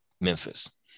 Memphis